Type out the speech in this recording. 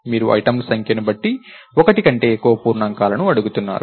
మీరు ఐటెమ్ల సంఖ్యను బట్టి ఒకటి కంటే ఎక్కువ పూర్ణాంకాలను అడుగుతున్నారు